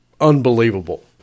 unbelievable